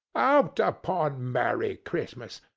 out upon merry christmas!